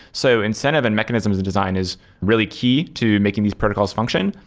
so incentive and mechanisms design is really key to making these protocols function,